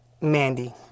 Mandy